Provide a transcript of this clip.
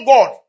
God